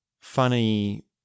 funny